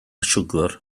siwgr